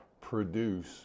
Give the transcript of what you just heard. produce